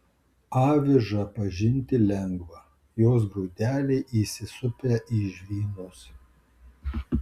avižą pažinti lengva jos grūdeliai įsisupę į žvynus